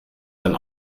sein